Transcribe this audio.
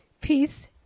peace